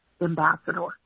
ambassador